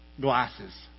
glasses